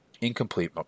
incomplete